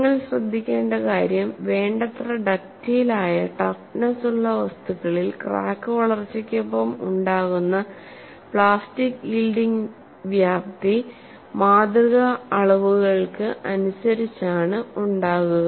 നിങ്ങൾ ശ്രദ്ധിക്കേണ്ട കാര്യം വേണ്ടത്ര ഡക്ടയിൽ ആയ ടഫ്നെസ്സ് ഉള്ള വസ്തുക്കളിൽ ക്രാക്ക് വളർച്ചയ്ക്കൊപ്പം ഉണ്ടാകുന്ന പ്ലാസ്റ്റിക്ക് യീൽഡിങ് വ്യാപ്തി മാതൃകാ അളവുകൾക്ക് അനുസരിച്ചാണ് ഉണ്ടാകുക